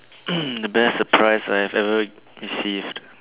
um the best surprise I have ever received